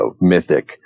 mythic